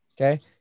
okay